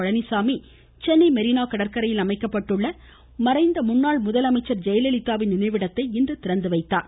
பழனிச்சாமி சென்னை மெரினா கடற்கரையில் அமைக்கப்பட்டுள்ள மறைந்த முன்னாள் முதலமைச்சர் ஜெயலலிதாவின் நினைவிடத்தை இன்று திறந்து வைத்தார்